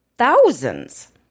Thousands